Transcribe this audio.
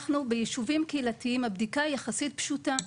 אנחנו ביישובים קהילתיים הבדיקה היא יחסית פשוטה.